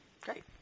Great